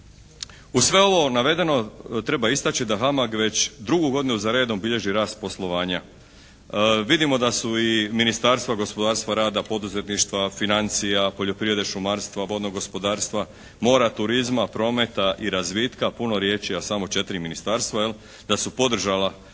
Uz sve ovo navedeno treba istaći da HAMAG već drugu godinu za redom bilježi rast poslovanja. Vidimo da su i Ministarstva gospodarstva, rada, poduzetništva, financija, poljoprivrede, šumarstva, vodnog gospodarstva, mora, turizma, prometa i razvitka. Puno riječi, a samo četiri ministarstva, jel da su podržala ovo